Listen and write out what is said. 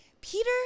Peter